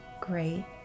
great